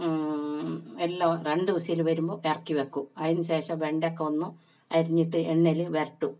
എല്ലാം രണ്ട് വിസിൽ വരുമ്പോൾ ഇറക്കി വയ്ക്കും അതിന് ശേഷം വെണ്ടക്ക ഒന്ന് അരിഞ്ഞിട്ട് എണ്ണയിൽ വരട്ടും